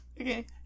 Okay